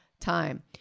time